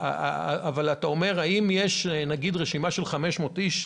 אבל אם יש רשימה של 500 איש,